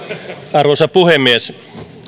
arvoisa puhemies